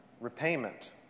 repayment